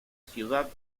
ciudad